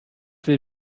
will